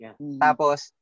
Tapos